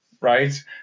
right